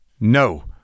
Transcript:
No